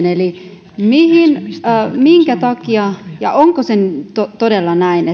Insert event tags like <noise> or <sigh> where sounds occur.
<unintelligible> eli minkä takia ja onko todella näin <unintelligible>